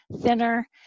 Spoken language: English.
thinner